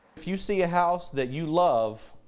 if you see a house that you love.